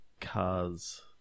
Cars